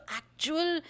actual